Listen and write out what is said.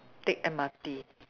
take M_R_T